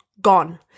gone